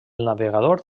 navegador